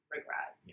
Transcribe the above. Regret